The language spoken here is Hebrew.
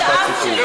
יש לה פה ארבע דקות.